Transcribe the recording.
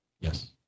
Yes